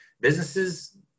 businesses